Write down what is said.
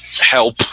help